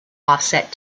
offset